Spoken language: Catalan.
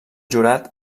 jurat